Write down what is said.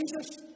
Jesus